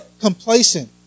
complacent